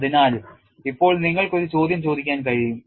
അതിനാൽ ഇപ്പോൾ നിങ്ങൾക്ക് ഒരു ചോദ്യം ചോദിക്കാൻ കഴിയും